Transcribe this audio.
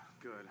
good